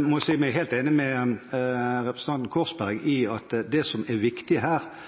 må si meg helt enig med representanten Korsberg i at det som er viktig her,